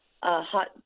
hot